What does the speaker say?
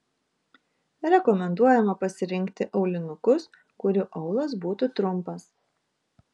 rekomenduojama pasirinkti aulinukus kurių aulas būtų trumpas